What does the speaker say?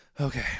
okay